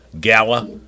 gala